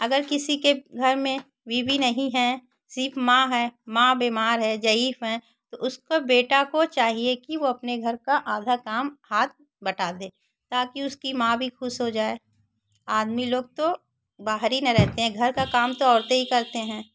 अगर किसी के घर में बीबी नहीं है सिर्फ माँ है माँ बीमा हैं ज़ईफ़ हैं तो उसको बेटे को चाहिए कि अपने घर का आधा काम हाथ बटा दें ताकि उसकी माँ भी ख़ुश हो जाए आदमी लोग तो बाहर हीं रहते हैं घर का काम तो औरते हीं करते हैं